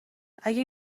اگه